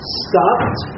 stopped